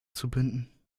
zubinden